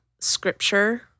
scripture